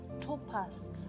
topaz